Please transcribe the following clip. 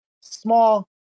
small